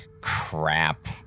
crap